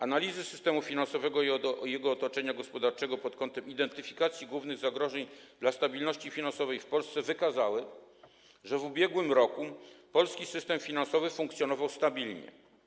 Analizy systemu finansowego i jego otoczenia gospodarczego pod kątem identyfikacji głównych zagrożeń dla stabilności finansowej w Polsce wykazały, że w ubiegłym roku polski system finansowy funkcjonował stabilnie.